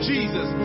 Jesus